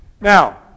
Now